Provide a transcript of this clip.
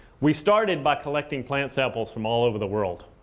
we started by collecting plant samples from all over the world.